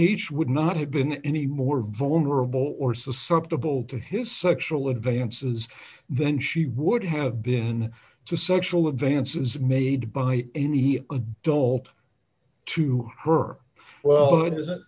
h would not have been any more vulnerable or susceptible to his sexual advances then she would have been to sexual advances made by any adult to her well